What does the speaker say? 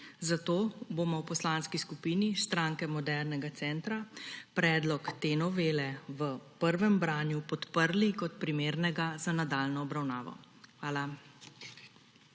Zato bomo v Poslanski skupini Stranke modernega centra predlog te novele v prvem branju podprli kot primernega za nadaljnjo obravnavo. Hvala.